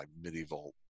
medieval